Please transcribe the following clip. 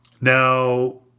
Now